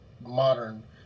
modern